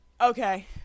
Okay